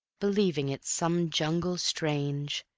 believing it's some jungle strange,